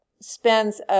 spends